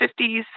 50s